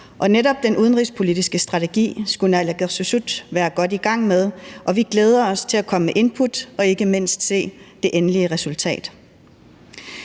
og netop den udenrigspolitiske strategi skulle naalakkersuisut være godt i gang med, og vi glæder os til at komme med input og ikke mindst se det endelige resultat.